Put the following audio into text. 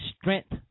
strength